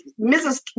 Mrs